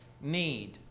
need